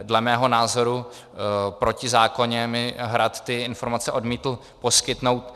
Dle mého názoru protizákonně mi Hrad ty informace odmítl poskytnout.